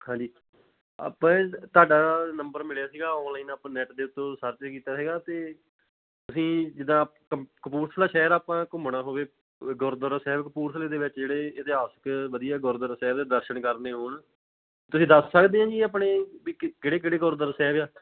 ਹਾਂਜੀ ਆਪਾਂ ਤੁਹਾਡਾ ਨੰਬਰ ਮਿਲਿਆ ਸੀਗਾ ਔਨਲਾਈਨ ਆਪਾਂ ਨੈੱਟ ਦੇ ਉੱਤੋਂ ਸਰਚ ਕੀਤਾ ਸੀਗਾ ਅਤੇ ਅਸੀਂ ਜਿੱਦਾਂ ਕ ਕਪੂਰਥਲਾ ਸ਼ਹਿਰ ਆਪਾਂ ਘੁੰਮਣਾ ਹੋਵੇ ਗੁਰਦੁਆਰਾ ਸਾਹਿਬ ਕਪੂਰਥਲੇ ਦੇ ਵਿੱਚ ਜਿਹੜੇ ਇਤਿਹਾਸਿਕ ਵਧੀਆ ਗੁਰਦੁਆਰਾ ਸਾਹਿਬ ਦੇ ਦਰਸ਼ਨ ਕਰਨੇ ਹੋਣ ਤੁਸੀਂ ਦੱਸ ਸਕਦੇ ਹੈ ਜੀ ਆਪਣੇ ਵੀ ਕਿਹੜੇ ਕਿਹੜੇ ਗੁਰਦੁਆਰੇ ਸਾਹਿਬ ਆ